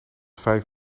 vijf